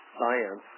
science